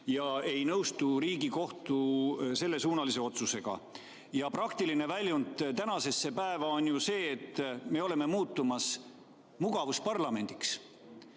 ja ei nõustu Riigikohtu sellesuunalise otsusega. Selle praktiline väljund tänasesse päeva on ju see, et me oleme muutumas mugavusparlamendiks.